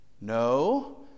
No